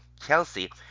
Kelsey